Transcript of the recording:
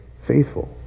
faithful